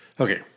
Okay